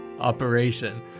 Operation